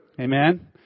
Amen